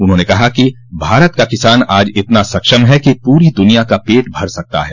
उन्होंने कहा कि भारत का किसान आज इतना सक्षम है कि पूरी दुनिया का पेट भर सकता है